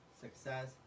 success